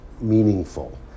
meaningful